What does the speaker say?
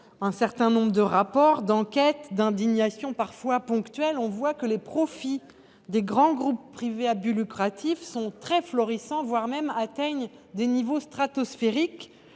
un certain nombre de rapports, d’enquêtes, d’indignations parfois ponctuelles, les profits des grands groupes privés à but lucratif restent très florissants, voire atteignent des niveaux stratosphériques.